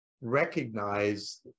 recognize